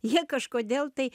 jie kažkodėl tai